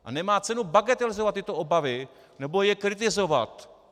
A nemá cenu bagatelizovat tyto obavy nebo je kritizovat.